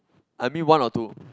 I meet one or two